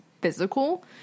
physical